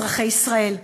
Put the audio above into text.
אזרחי ישראל,